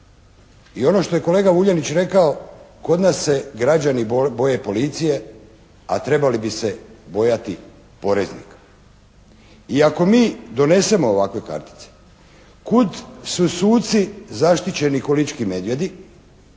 I ono što je kolega Vuljanić rekao, kod nas se građani boje policije, a trebali bi se bojati poreznika. I ako mi donesemo ovakve kartice, kud su suci zaštićeni ko' lički medvjedi,